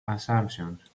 assumptions